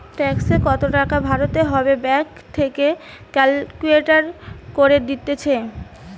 ট্যাক্সে কত টাকা ভরতে হবে ব্যাঙ্ক থেকে ক্যালকুলেট করে দিতেছে